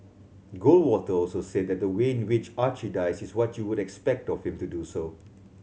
goldwater also said that the way in which Archie dies is what you would expect of him to do so